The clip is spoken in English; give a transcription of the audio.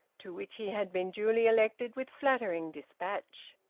to which he had been duly elected with flattering dispatch.